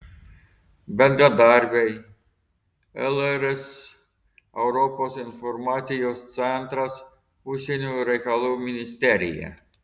bendradarbiai lrs europos informacijos centras užsienio reikalų ministerija